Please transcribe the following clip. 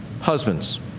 Husbands